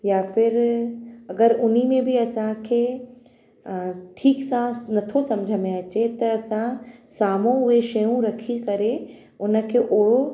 या फिर अगरि हुन में बि असांखे ठीकु सां नथो समुझ में अचे त असां साम्हूं उहे शयूं रखी करे हुनखे अहिड़ो